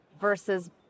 versus